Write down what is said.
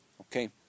okay